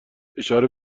اشاره